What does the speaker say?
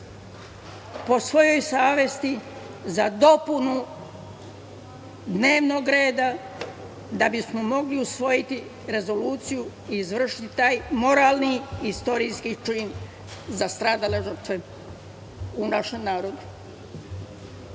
po svojoj savesti za dopunu dnevnog reda da bismo mogli usvojiti rezoluciju i izvršiti taj moralni istorijski čin za stradale žrtve u našem narodu,